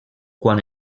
quan